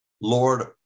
Lord